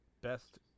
best